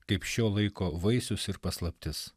kaip šio laiko vaisius ir paslaptis